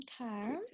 okay